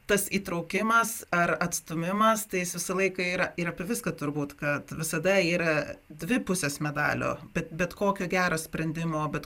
tas įtraukimas ar atstūmimas tai jis visą laiką yra ir apie viską turbūt kad visada yra dvi pusės medalio bet bet kokio gero sprendimo bet